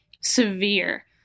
severe